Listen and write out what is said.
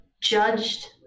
judged